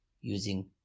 using